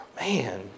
man